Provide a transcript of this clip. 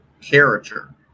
character